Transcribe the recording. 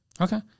Okay